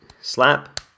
slap